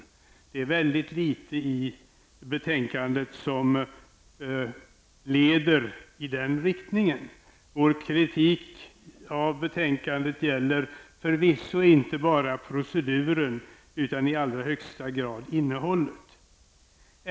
Det är mycket litet i betänkandet som leder i den riktningen. Vår kritik av betänkandet gäller förvisso inte enbart proceduren, utan i allra högsta grad innehållet.